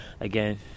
again